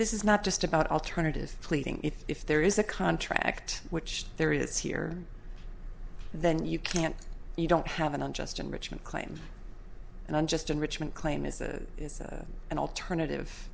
this is not just about alternative pleading if there is a contract which there is here then you can't you don't have an unjust enrichment claim and i'm just enrichment claim is a is an alternative